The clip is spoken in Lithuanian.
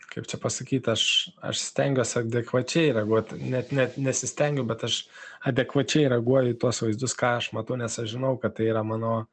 kaip čia pasakyt aš aš stengiuos adekvačiai reaguoti net net nesistengiu bet aš adekvačiai reaguoju į tuos vaizdus ką aš matau nes aš žinau kad tai yra mano